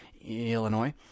Illinois